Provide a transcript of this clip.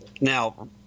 Now –